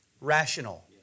rational